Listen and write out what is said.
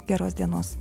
geros dienos